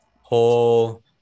whole